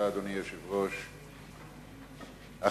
אדוני היושב-ראש, תודה.